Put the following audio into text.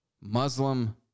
Muslim